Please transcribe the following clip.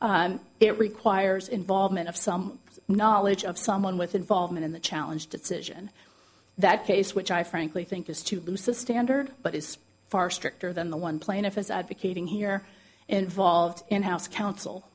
it requires involvement of some knowledge of someone with involvement in the challenge petition that case which i frankly think is to boost the standard but is far stricter than the one plaintiff is advocating here involved in house counsel